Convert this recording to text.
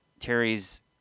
Terry's